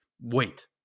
Wait